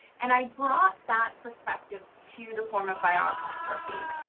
and i brought that perspective to the form of biography.